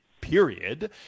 Period